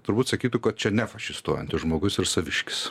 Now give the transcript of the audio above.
turbūt sakytų kad čia ne fašistuojantis žmogus ir saviškis